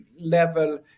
level